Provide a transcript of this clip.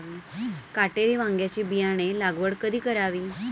काटेरी वांग्याची बियाणे लागवड कधी करावी?